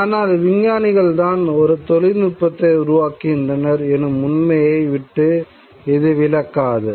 ஆனால் விஞ்ஞானிகள்தான் ஒரு தொழில்நுட்பத்தை உருவாக்கின்றனர் எனும் உண்மையை விட்டு இது விலக்காது